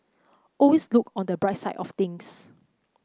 always look on the bright side of things